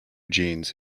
jeans